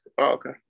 okay